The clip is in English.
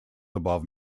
above